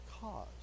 cause